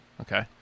Okay